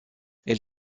elle